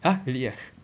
!huh! really ah